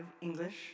English